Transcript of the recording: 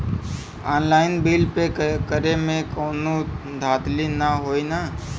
Online bill pay करे में कौनो धांधली ना होई ना?